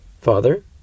Father